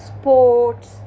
sports